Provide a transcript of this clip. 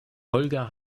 holger